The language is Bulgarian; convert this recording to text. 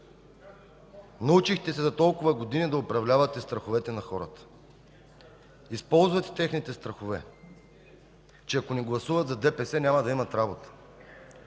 Научихте се за толкова години да управлявате страховете на хората. Използвате техните страхове, че ако не гласуват за ДПС, няма да имат работа,